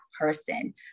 person